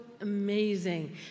amazing